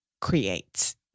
creates